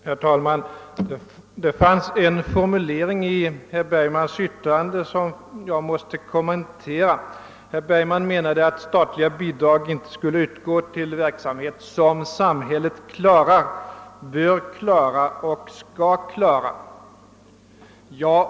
Herr talman! Det förekom en formulering i herr Bergmans yttrande som jag måste kommentera. Herr Bergman menade att statliga bidrag inte skulle utgå till verksamhet som samhället klarar, bör klara och skall klara.